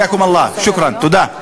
יברככם האל.) תודה.